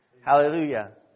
Hallelujah